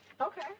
Okay